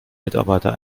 mitarbeiter